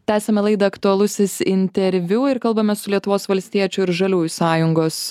tęsiame laidą aktualusis interviu ir kalbamės su lietuvos valstiečių ir žaliųjų sąjungos